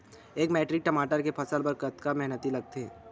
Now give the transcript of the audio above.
एक मैट्रिक टमाटर के फसल बर कतका मेहनती लगथे?